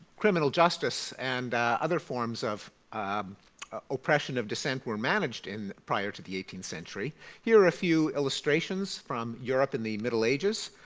criminal justice and other forms of oppression of dissent were managed prior to the eighteenth century here are a few illustrations from europe in the middle ages.